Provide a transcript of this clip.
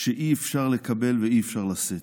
שאי-אפשר לקבל ואי-אפשר לשאת.